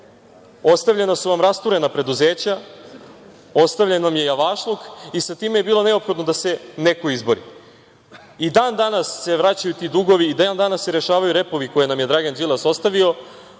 Ostavljena su vam rasturena preduzeća, ostavljen vam je javašluk i sa time je bilo neophodno da se neko izbori. I dan danas se vraćaju ti dugovi i dan danas se rešavaju repovi koje nam je Dragan Đilas ostavio,